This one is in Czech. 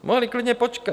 Mohli klidně počkat.